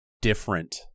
different